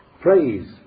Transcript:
praise